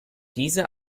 diese